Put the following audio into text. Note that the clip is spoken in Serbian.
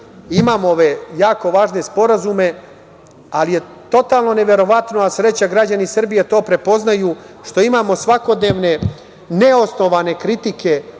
imamo ove jako važne sporazume, ali je totalno neverovatno, a sreća pa građani Srbije to prepoznaju, što imamo svakodnevne neosnovane kritike